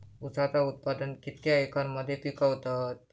ऊसाचा उत्पादन कितक्या एकर मध्ये पिकवतत?